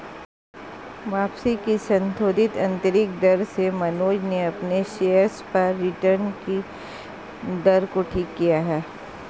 वापसी की संशोधित आंतरिक दर से मनोज ने अपने शेयर्स पर रिटर्न कि दर को ठीक किया है